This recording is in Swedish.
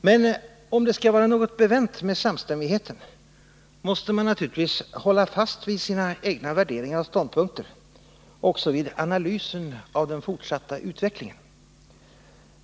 Men om det skall vara något bevänt med samstämmigheten måste man naturligtvis hålla fast vid sina värderingar och ståndpunkter också vid Nr 31 analysen av den fortsatta utvecklingen.